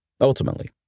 Ultimately